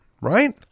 right